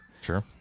Sure